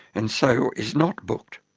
and so is not booked.